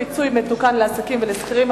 פיצוי מתוקן לעסקים ולשכירים),